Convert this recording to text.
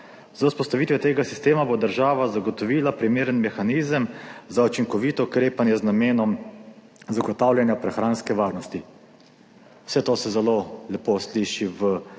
Z vzpostavitvijo tega sistema bo država zagotovila primeren mehanizem za učinkovito ukrepanje z namenom zagotavljanja prehranske varnosti.« Vse to se zelo lepo sliši v